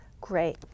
Great